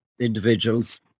individuals